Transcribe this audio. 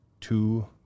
two